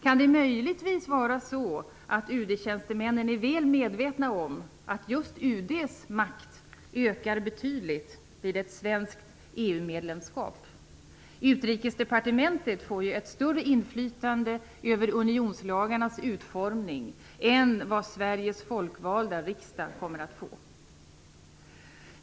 Kan det möjligtvis vara så att UD-tjänstemännen är väl medvetna om att just UD:s makt ökar betydligt vid ett svenskt EU-medlemskap. Utrikesdepartementet får ju ett större inflytande över unionslagarnas utformning än vad Sveriges folkvalda riksdag får.